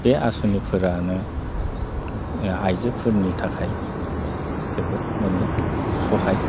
बे आसनिफोरानो आइजोफोरनि थाखाय जोबोद मानि सहाय